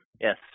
Yes